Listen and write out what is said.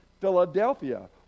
Philadelphia